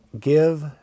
Give